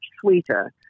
sweeter